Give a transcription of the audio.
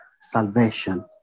salvation